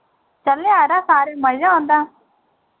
चलने आं यरा सारे मजा औंदा